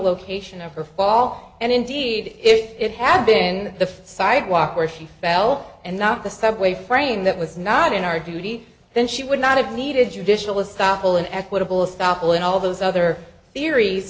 location of her fault and indeed if it had been the sidewalk where she fell and not the subway frame that was not in our duty then she would not have needed judicial stoffel an equitable stoffel in all those other theories